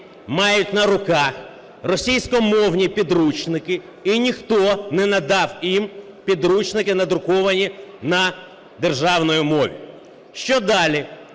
мають на руках російськомовні підручники і ніхто не надав їм підручники надруковані на державній мові. Що далі?